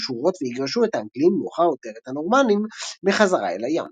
שורות ויגרשו את האנגלים - ומאוחר יותר את הנורמנים - בחזרה אל הים.